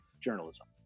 journalism